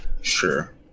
Sure